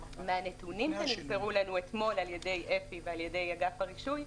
מהנתונים שנמסרו לנו אתמול על ידי אפי ועל ידי אגף הרישוי,